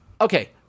Okay